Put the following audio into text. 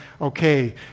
okay